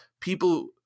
people